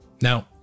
Now